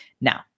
Now